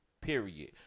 Period